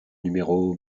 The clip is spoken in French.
numéro